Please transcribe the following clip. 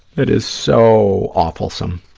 that is so awfulsome.